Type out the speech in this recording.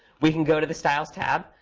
we can go to the styles tab.